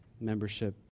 membership